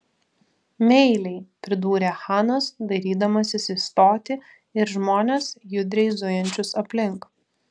meiliai pridūrė chanas dairydamasis į stotį ir žmones judriai zujančius aplink